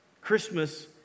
Christmas